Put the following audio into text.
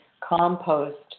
compost